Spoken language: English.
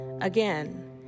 Again